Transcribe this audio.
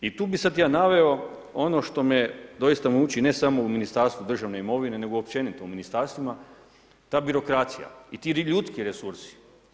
I tu bi sada ja naveo ono što me doista muči ne samo u Ministarstvu državne imovine nego općenito u ministarstvima ta birokracija i ti ljudski resursi.